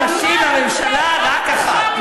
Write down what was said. לא בחר נשים לממשלה, רק אחת?